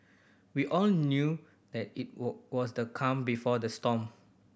we all knew that it were was the calm before the storm